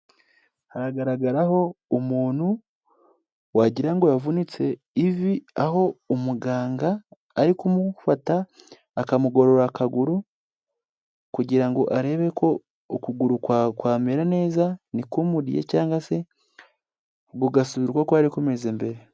Haragaragaraho umuntu wagira ngo yavunitse ivi, aho umuganga ari kumufata akamugorora akaguru, kugira ngo arebe ko ukuguru kwamera neza, ntikumurye cyangwa se kugasubirwa uko kwari kumeze mbere.